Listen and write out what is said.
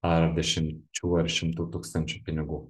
ar dešimčių ar šimtų tūkstančių pinigų